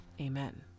Amen